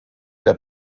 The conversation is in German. der